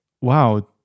wow